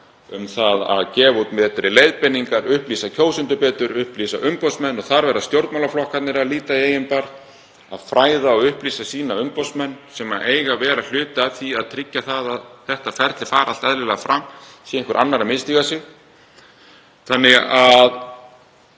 um það að gefa út betri leiðbeiningar, upplýsa kjósendur betur, upplýsa umboðsmenn, og þar verða stjórnmálaflokkarnir að líta í eigin barm, að fræða og upplýsa umboðsmenn sína sem eiga að vera hluti af því að tryggja að þetta ferli fari allt eðlilega fram ef einhver annar misstígur sig. Þetta